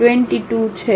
22 છે